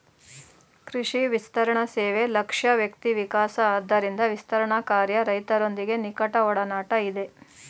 ಕೃಷಿ ವಿಸ್ತರಣಸೇವೆ ಲಕ್ಷ್ಯ ವ್ಯಕ್ತಿವಿಕಾಸ ಆದ್ದರಿಂದ ವಿಸ್ತರಣಾಕಾರ್ಯ ರೈತರೊಂದಿಗೆ ನಿಕಟಒಡನಾಟ ಇದೆ